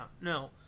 no